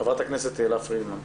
חברת הכנסת תהילה פרידמן.